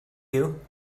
you